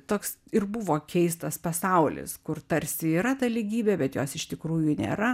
toks ir buvo keistas pasaulis kur tarsi yra ta lygybė bet jos iš tikrųjų nėra